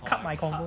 cut my convo